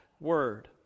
word